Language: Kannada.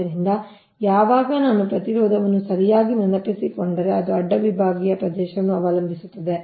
ಆದ್ದರಿಂದ ಯಾವಾಗ ನಾನು ಪ್ರತಿರೋಧವನ್ನು ಸರಿಯಾಗಿ ನೆನಪಿಸಿಕೊಂಡರೆ ಅದು ಅಡ್ಡ ವಿಭಾಗೀಯ ಪ್ರದೇಶವನ್ನು ಅವಲಂಬಿಸಿರುತ್ತದೆ